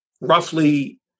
roughly